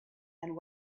and